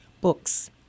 books